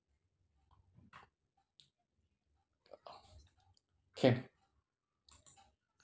can